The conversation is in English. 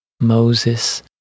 Moses